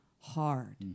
hard